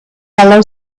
yellow